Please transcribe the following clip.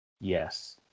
Yes